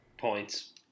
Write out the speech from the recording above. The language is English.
points